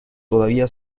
todavía